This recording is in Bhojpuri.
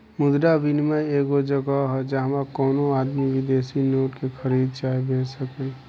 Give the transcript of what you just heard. मुद्रा विनियम एगो जगह ह जाहवा कवनो आदमी विदेशी नोट के खरीद चाहे बेच सकेलेन